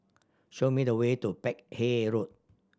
show me the way to Peck Hay Road